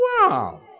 Wow